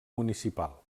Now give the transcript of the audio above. municipal